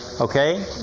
okay